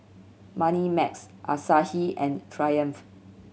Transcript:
Moneymax Asahi and Triumph